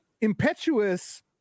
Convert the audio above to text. impetuous